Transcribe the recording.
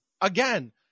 again